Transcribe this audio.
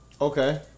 Okay